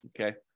Okay